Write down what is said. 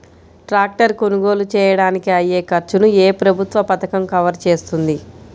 Tractor కొనుగోలు చేయడానికి అయ్యే ఖర్చును ఏ ప్రభుత్వ పథకం కవర్ చేస్తుంది?